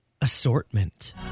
assortment